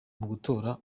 gutora